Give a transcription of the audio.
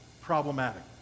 problematic